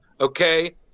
okay